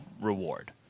reward